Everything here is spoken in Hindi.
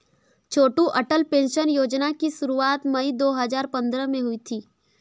छोटू अटल पेंशन योजना की शुरुआत मई दो हज़ार पंद्रह में हुई थी